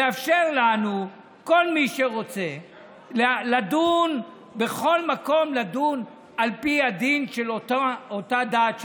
לאפשר לכל מי שרוצה בכל מקום לדון על פי הדין של אותה דת,